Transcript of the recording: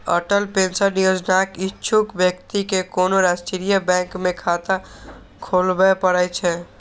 Atal pension योजनाक इच्छुक व्यक्ति कें कोनो राष्ट्रीय बैंक मे खाता खोलबय पड़ै छै